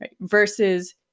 versus